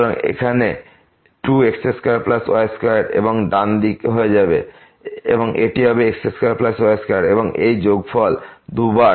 সুতরাং এখানে এটি 2 x2y2 এবং ডান দিক হয়ে যাবে এটি হবে x2y2 এবং এই যোগফল 2 বার x এবং y